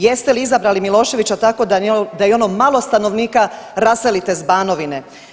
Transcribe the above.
Jeste izabrali Miloševića tako da i ono malo stanovnika raselite s Banovine.